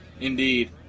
Indeed